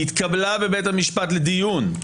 שהתקבלה בבית המשפט לדיון,